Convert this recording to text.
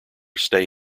stay